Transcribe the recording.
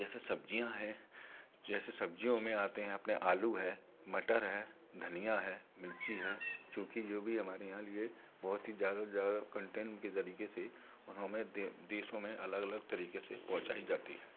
जैसे सब्जियाँ है जैसे सब्जियों में आते हैं अपने आलू है मटर है धनियाँ है मिर्ची है चुकी जो भी हमारे यहाँ लिए बहुत ही ज़्यादा से ज़्यादा से हमें देशों में अलग अलग तरीके से पहुँचाई जाती है